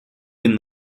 win